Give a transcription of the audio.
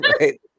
right